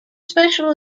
special